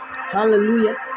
Hallelujah